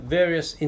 various